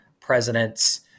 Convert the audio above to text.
presidents